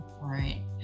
right